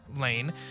lane